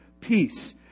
peace